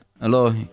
hello